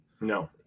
No